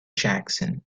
jackson